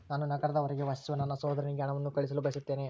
ನಾನು ನಗರದ ಹೊರಗೆ ವಾಸಿಸುವ ನನ್ನ ಸಹೋದರನಿಗೆ ಹಣವನ್ನು ಕಳುಹಿಸಲು ಬಯಸುತ್ತೇನೆ